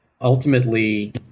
ultimately